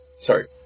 Sorry